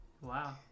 Wow